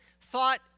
thought